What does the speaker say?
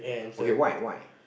okay why why